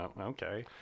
Okay